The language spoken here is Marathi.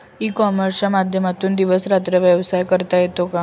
ई कॉमर्सच्या माध्यमातून दिवस रात्र व्यवसाय करता येतो का?